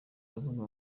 aravuga